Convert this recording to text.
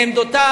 מעמדותיו.